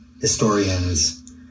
historians